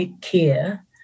care